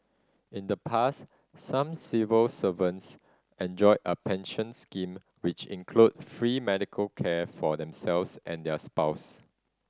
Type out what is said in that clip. in the past some civil servants enjoyed a pension scheme which included free medical care for themselves and their spouse